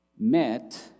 met